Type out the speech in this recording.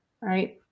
right